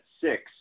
six